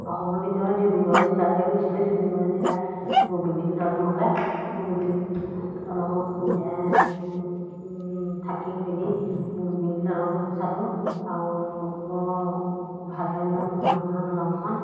অসমৰ ভিতৰত ডিব্ৰুগড় জিলালৈ গৈছিলোঁ ডিব্ৰুগড় জিলাত বগীবিল দলঙলৈ বগীবিল দলঙৰ দুইটাই থাকি মেলি বগীবিল দলংখন চালোঁ আৰু বৰ ভাল লাগিলে মোহনীয়া দলংখন